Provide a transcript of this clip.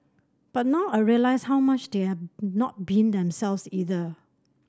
but now I realise how much they're not being themselves either